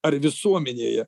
ar visuomenėje